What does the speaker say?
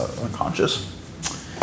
unconscious